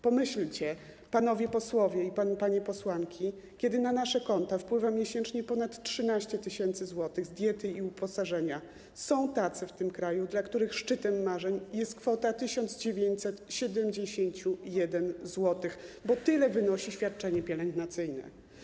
Pomyślcie, panowie posłowie i panie posłanki, że kiedy na nasze konta wpływa miesięcznie ponad 13 tys. zł diety i uposażenia, są tacy w tym kraju, dla których szczytem marzeń jest kwota 1971 zł, bo tyle wynosi świadczenie pielęgnacyjne.